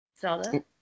Zelda